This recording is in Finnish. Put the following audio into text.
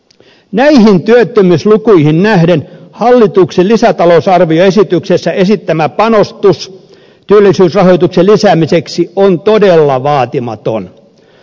näihin työttömyyslukuihin nähden hallituksen lisätalousarvioesityksessä esittämä panostus työllisyysrahoituksen lisäämiseksi on todella vaatimaton